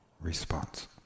response